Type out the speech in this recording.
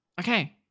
Okay